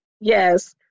Yes